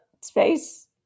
space